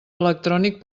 electrònic